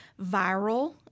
viral